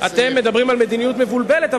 אתם מדברים על מדיניות מבולבלת,